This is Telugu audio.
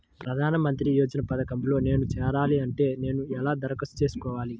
ప్రధాన మంత్రి యోజన పథకంలో నేను చేరాలి అంటే నేను ఎలా దరఖాస్తు చేసుకోవాలి?